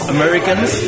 Americans